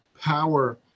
power